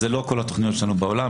זה לא כל התכניות שלנו בעולם,